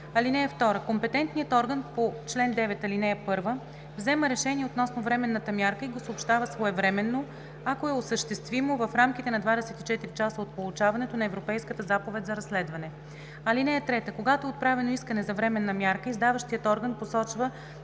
вещ. (2) Компетентният орган по чл. 9, ал. 1 взема решение относно временната мярка и го съобщава своевременно, ако е осъществимо, в рамките на 24 часа от получаването на Европейската заповед за разследване. (3) Когато е отправено искане за временната мярка, издаващият орган посочва